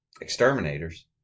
exterminators